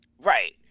Right